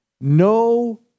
No